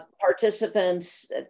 participants